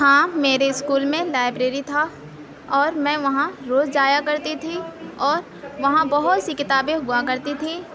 ہاں میرے اسکول میں لائبریری تھا اور میں وہاں روز جایا کرتی تھی اور وہاں بہت سی کتابیں ہوا کرتی تھیں